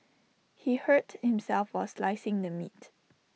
he hurt himself was slicing the meat